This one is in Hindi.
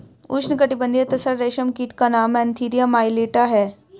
उष्णकटिबंधीय तसर रेशम कीट का नाम एन्थीरिया माइलिट्टा है